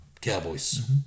Cowboys